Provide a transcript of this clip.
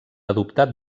adoptar